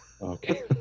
okay